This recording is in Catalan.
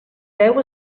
deu